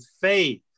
faith